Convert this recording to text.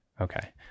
okay